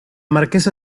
marquesa